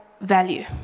value